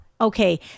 Okay